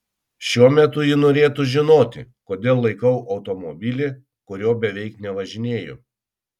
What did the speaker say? šiuo metu ji norėtų žinoti kodėl laikau automobilį kuriuo beveik nevažinėju